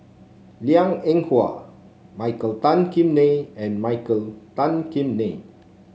Liang Eng Hwa Michael Tan Kim Nei and Michael Tan Kim Nei